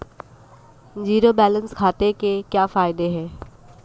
Zero balance खाते के क्या फायदे हैं?